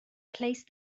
placed